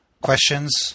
questions